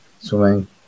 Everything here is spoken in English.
swimming